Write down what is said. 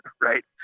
right